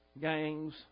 gangs